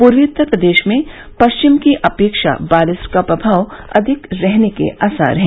पूर्वी उत्तर प्रदेश में पश्चिम की अपेक्षा बारिश का प्रभाव अधिक रहने के आसार है